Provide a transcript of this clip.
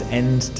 end